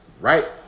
Right